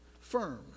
firm